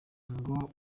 ngo